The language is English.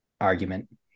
argument